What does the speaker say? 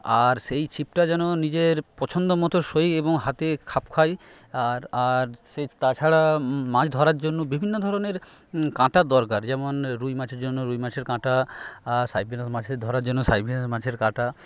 আর সেই ছিপটা যেন নিজের পছন্দ মত সোই এবং হাতে খাপ খায় আর আর সে তাছাড়া মাছ ধরার জন্য বিভিন্ন ধরনের কাঁটার দরকার যেমন রুই মাছের জন্য রুই মাছের কাঁটা সাইবেরিয়ান মাছের ধরার জন্য সাইবেরিয়ান মাছের কাঁটা